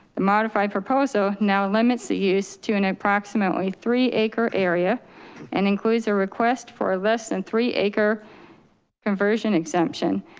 the modified proposal now limits the use to an approximately three acre area and includes a request for less than and three acre conversion exemption.